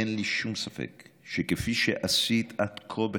אין לי שום ספק שכפי שעשית עד כה בחייך,